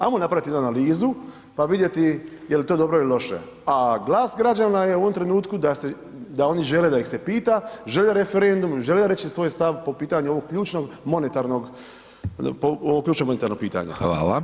Ajmo napravit jednu analizu pa vidjeti jel to dobro ili loše, a glas građana je u ovom trenutku da se, da oni žele da ih se pita, žele referendum, žele reći svoj stav po pitanju ovog ključnog monetarnog, po ovo ključno monetarno pitanje.